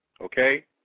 Okay